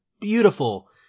beautiful